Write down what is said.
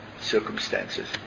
circumstances